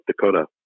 Dakota